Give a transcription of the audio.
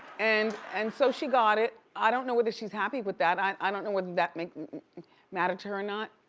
and and so she got it. i don't know whether she's happy with that. i don't know whether that may matter to her or not.